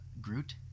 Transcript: Groot